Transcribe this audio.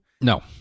No